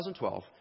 2012